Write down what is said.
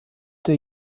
der